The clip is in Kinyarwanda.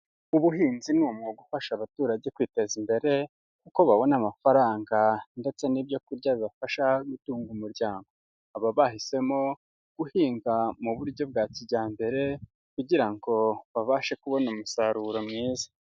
Ubuhinzi ni umwuga ufasha abaturage kwiteza imbere kuko babona amafaranga ndetse n'ibyo kurya bibafasha gutunga umuryango, baba bahisemo guhinga mu buryo bwa kijyambere kugira ngo babashe kubona umusaruro mwiza.